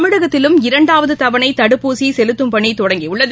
தமிழகத்திலும் இரண்டாவது தவணை தடுப்பூசி செலுத்தும் பணி தொடங்கியுள்ளது